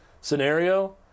scenario